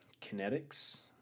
kinetics